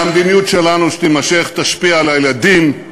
שהמדיניות שלנו שתימשך תשפיע על הילדים,